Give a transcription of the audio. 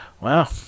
Wow